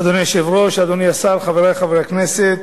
אדוני היושב-ראש, אדוני השר, חברי חברי הכנסת,